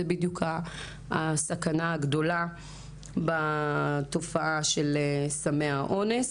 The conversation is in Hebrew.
זה בדיוק הסכנה הגדולה בתופעה של סמי האונס.